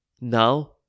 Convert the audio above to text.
Now